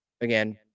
again